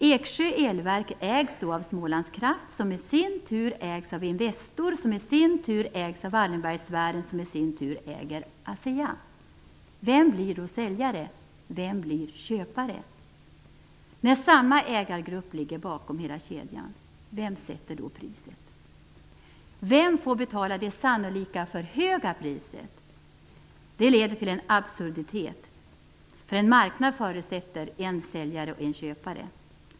Eksjö elverk ägs då av Smålandskraft, som i sin tur ägs av Investor, som i sin tur ägs av Wallenbergssfären, som i sin tur äger ASEA. Vem blir då säljare? Vem blir köpare? När samma ägargrupp ligger bakom hela kedjan, vem sätter då priset? Vem får betala det sannolikt för höga priset? Detta leder till en absurditet. En marknad förutsätter en säljare och en köpare.